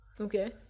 okay